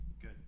good